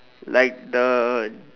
like the